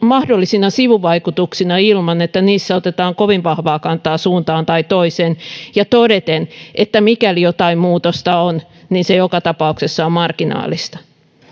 mahdollisina sivuvaikutuksina ilman että otetaan kovin vahvaa kantaa suuntaan tai toiseen ja todeten että mikäli jotain muutosta on se joka tapauksessa on marginaalista